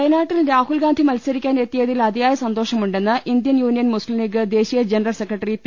വയനാട്ടിൽ രാഹുൽഗാന്ധി മത്സരിക്കാൻ എത്തിയതിൽ അതി യായ സന്തോഷമുണ്ടെന്ന് ഇന്ത്യൻ യൂനിയൻ മുസ്ലിം ലീഗ് ദേശീയ ജനറൽ സെക്രട്ടറി പി